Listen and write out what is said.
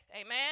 amen